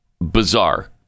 bizarre